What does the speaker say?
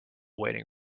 waiting